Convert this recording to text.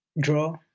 draw